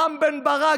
רם בן ברק,